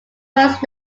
works